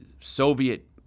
Soviet